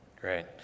Great